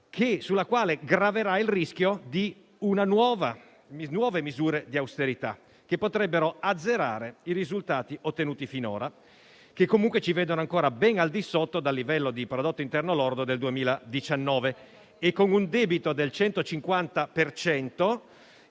sulla quale graverà il rischio di nuove misure di austerità, che potrebbero azzerare i risultati ottenuti finora, che comunque ci vedono ancora ben al di sotto del livello di prodotto interno lordo del 2019 e con un debito del 150